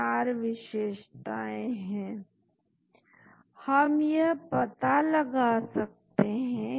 हर एक छोटा परिणाम मॉलिक्यूल के एक अंश में होने के लिए 1 या नहीं होने के लिए 0 को रिकॉर्ड करता है